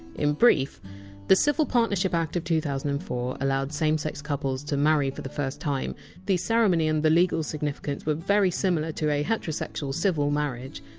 in brief the civil partnership act of two thousand and four allowed same sex couples to marry for the first time the ceremony and the legal significance were very similar to a heterosexual civil marriage,